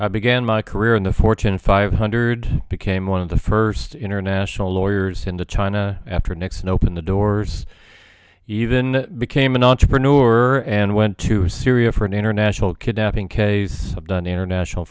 i began my career in the fortune five hundred became one of the first international lawyers in the china after nixon opened the doors even became an entrepreneur and went to syria for an international kidnapping case i've done international